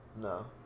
no